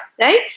right